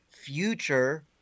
future